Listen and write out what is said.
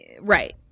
Right